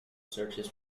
searches